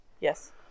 Yes